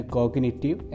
Cognitive